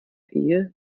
ehe